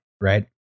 right